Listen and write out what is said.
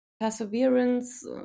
perseverance